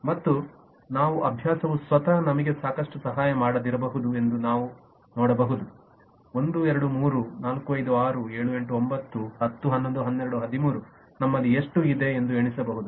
ಮತ್ತು ಈ ಅಭ್ಯಾಸವು ಸ್ವತಃ ನಮಗೆ ಸಾಕಷ್ಟು ಸಹಾಯ ಮಾಡದಿರಬಹುದು ಎಂದು ನೀವು ನೋಡಬಹುದು 1 2 3 4 5 6 7 8 9 10 11 12 13 ನಮ್ಮಲ್ಲಿ ಎಷ್ಟು ಇದೆ ಎಂದು ಎಣಿಸಬಹುದು